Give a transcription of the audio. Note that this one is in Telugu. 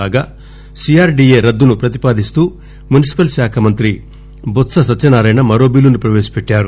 కాగా సీఆర్డీఏ రద్దను ప్రతిపాదిస్తూ మున్సిపల్శాఖ మంత్రి బొత్స సత్యనారాయణ మరో బిల్లును ప్రవేశపెట్టారు